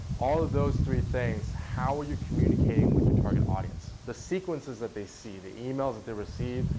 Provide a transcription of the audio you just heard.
all of those three things, how are you communicating with your target audience, the sequences that they see, the emails that they receive,